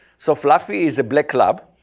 so fluffy is a black lab,